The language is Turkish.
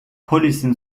polisin